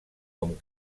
com